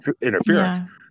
interference